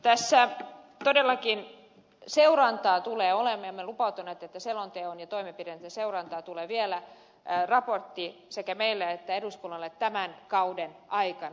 tässä todellakin seurantaa tulee olemaan ja me olemme lupautuneet siihen että selonteon ja toimenpiteiden seurannasta tulee vielä raportti sekä meille että eduskunnalle tämän kauden aikana